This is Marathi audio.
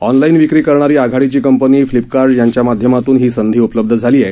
ऑनलाईन विक्री करणारी आघाडीची कंपनी फ्लिपकार्ट यांच्या माध्यमातून ही संधी उपलब्ध झाली आहे